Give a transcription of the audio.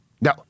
No